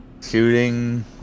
shooting